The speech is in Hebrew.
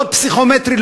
לא פסיכומטרי,